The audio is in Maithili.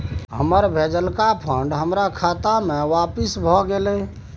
हमर भेजलका फंड हमरा खाता में आपिस भ गेलय